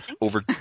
Over